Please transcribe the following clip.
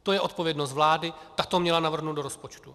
To je odpovědnost vlády, ta to měla navrhnout do rozpočtu.